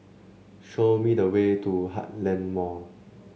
show me the way to Heartland Mall